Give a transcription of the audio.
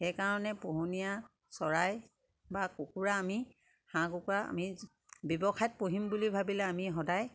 সেইকাৰণে পোহনীয়া চৰাই বা কুকুৰা আমি হাঁহ কুকুৰা আমি ব্যৱসায়ত পুহিম বুলি ভাবিলে আমি সদায়